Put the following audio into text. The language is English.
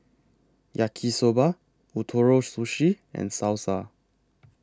Yaki Soba Ootoro Sushi and Salsa